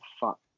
fuck